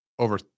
over